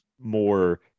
more